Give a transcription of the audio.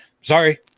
sorry